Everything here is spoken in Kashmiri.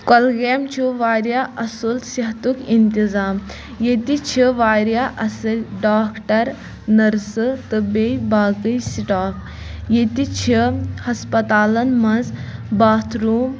کۄلگامہِ چھُ واریاہ اصٕل صحتُک اِنتظام ییٚتہِ چھِ واریاہ اَصٕل ڈاکٹر نٔرسہٕ تہٕ بیٚیہِ باقٕے سِٹاف ییٚتہِ چھِ ہسپَتالَن منٛز باتھروٗم